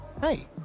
Hey